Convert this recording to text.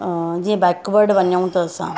अं जीअं बैकवर्ड वञूं त असां